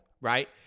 right